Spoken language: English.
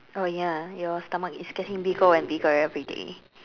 oh ya your stomach is getting bigger and bigger everyday